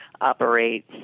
operate